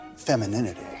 Femininity